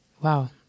Wow